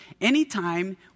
Anytime